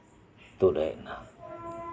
ᱛᱩᱫ ᱦᱮᱡᱱᱟ